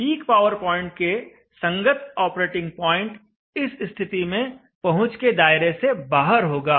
peak power point के संगत operating point इस स्थिति में पहुंच के दायरे से बाहर होगा